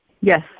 Yes